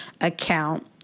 account